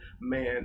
man